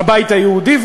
הבית היהודי,